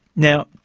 now,